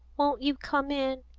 won't you come in?